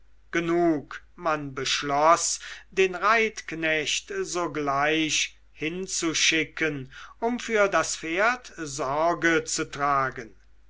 genug man beschloß den reitknecht sogleich hinzuschicken um für das pferd sorge zu tragen